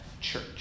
church